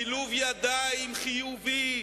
שילוב ידיים חיובי,